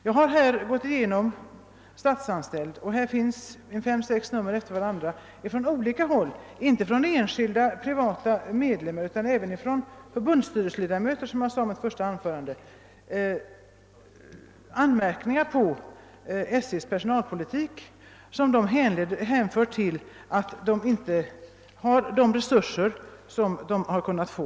Jag har ju gått igenom Statsanställd, och där finns i fem eller sex nummer efter varandra anmärkningar från olika håll — inte bara från enskilda. medlemmar utan också från förbundsstyrelseledamöter, som jag sade i mitt första anförande — mot SJ:s personalpolitik, vilka går ut på att man inte har de resurser som man hade kunnat få.